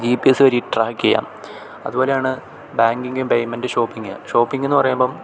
G P S വഴി track ചെയ്യാം അതുപോലെത്തന്നെയാണ് ബാങ്കിങ്ങും പേയ്മെൻറ്റും ഷോപ്പിങ്ങും ഷോപ്പിങ്ങെന്ന് പറയുമ്പോള്